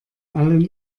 allen